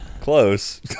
Close